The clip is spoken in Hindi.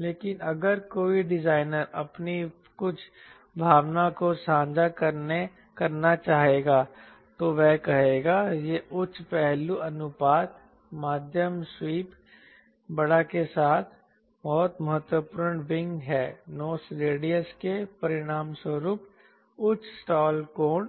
लेकिन अगर कोई डिज़ाइनर अपनी कुछ भावना को साझा करना चाहेगा तो वह कहेगा यह उच्च पहलू अनुपात मध्यम स्वीप बड़ा के साथ बहुत महत्वपूर्ण विंग है नोस रेडियस के परिणामस्वरूप उच्च स्टाल कोण